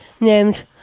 named